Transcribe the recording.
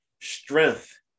Strength